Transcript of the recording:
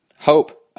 Hope